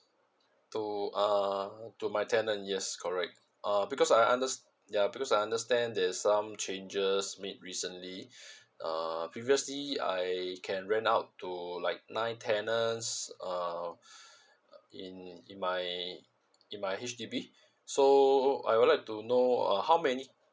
to uh to my tenant yes correct uh because I understand ya because I understand there's some changes made recently uh previously I can rent out to like nine tenants uh in in my in my H_D_B so I would like to know uh how many